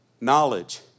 knowledge